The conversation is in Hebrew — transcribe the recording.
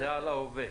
זה על ההווה.